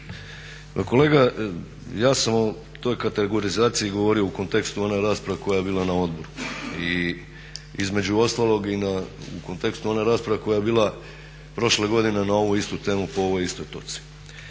Kolega ja sam o toj kategorizaciji govorio u kontekstu one rasprave koja je bila na odboru i između ostalog i na, u kontekstu one rasprave koja je bila prošle godine na ovu istu temu po ovoj istoj točci.